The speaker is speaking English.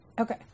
Okay